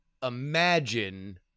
imagine